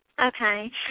Okay